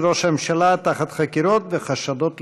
ראש הממשלה תחת חקירות וחשדות לשוחד.